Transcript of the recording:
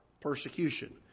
persecution